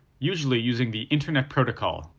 usually using the internet protocol,